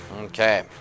okay